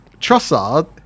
Trossard